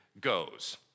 goes